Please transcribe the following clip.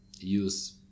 use